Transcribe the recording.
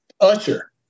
Usher